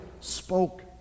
spoke